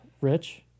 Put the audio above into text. Rich